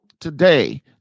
today